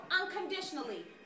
unconditionally